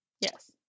Yes